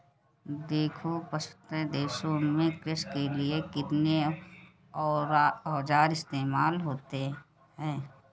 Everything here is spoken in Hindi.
देखो पाश्चात्य देशों में कृषि के लिए कितने औजार इस्तेमाल होते हैं